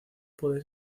puede